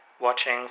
watching